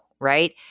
right